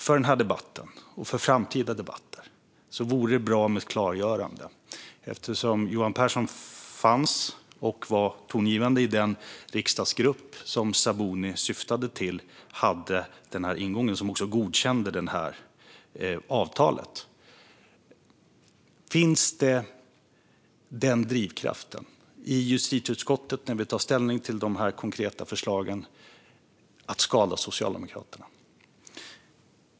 För denna debatt och framtida debatter vore det bra med ett klargörande av Johan Pehrson eftersom han var tongivande i den riksdagsgrupp som Sabuni menade hade denna ingång och också godkände avtalet. Finns drivkraften i justitieutskottet när vi tar ställning till dessa konkreta förslag att skada Socialdemokraterna?